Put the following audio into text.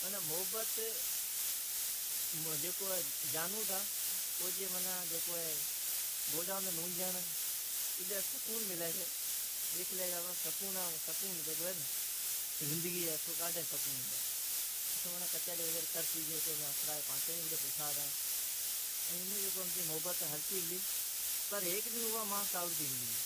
معنی محبت تو کجو جانو ھتو اوجی گوڈامین نوجڑ اڈا سکون آتا، زیدگی جی سکون ھین او اٹھ ھتی ، ایون مین کرتی اسراجی پانچی بھجی واپس آتا ، بس انھنو پلی محبت امچی ھلتی پلی ۔ پر ھیک ڈن اوا ماس کاوڑ لی